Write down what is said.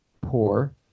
Poor